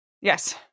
Yes